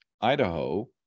Idaho